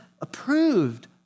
approved